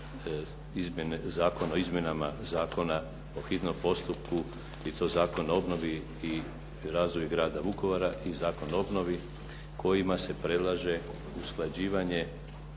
izmjena Zakona o hitnom postupku i to Zakon o obnovi i razvoju Grada Vukovara i Zakon o obnovi kojima se predlaže usklađivanje